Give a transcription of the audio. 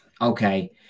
okay